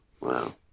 Wow